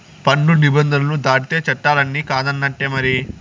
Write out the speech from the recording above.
పన్ను నిబంధనలు దాటితే చట్టాలన్ని కాదన్నట్టే మరి